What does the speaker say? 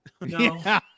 No